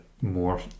more